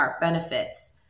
benefits